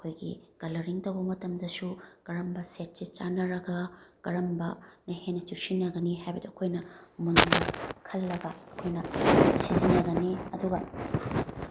ꯑꯩꯈꯣꯏꯒꯤ ꯀꯂ꯭ꯔꯔꯤꯡ ꯇꯧꯕ ꯃꯇꯝꯗꯁꯨ ꯀꯔꯝꯕ ꯁꯦꯠꯁꯦ ꯆꯥꯟꯅꯔꯒ ꯀꯔꯝꯕꯅ ꯍꯦꯟꯅ ꯆꯨꯁꯤꯟꯅꯒꯅꯤ ꯍꯥꯏꯕꯗꯨ ꯑꯩꯈꯣꯏꯅ ꯃꯨꯟꯅ ꯈꯜꯂꯒ ꯑꯩꯈꯣꯏꯅ ꯁꯤꯖꯤꯟꯅꯒꯅꯤ ꯑꯗꯨꯒ